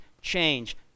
change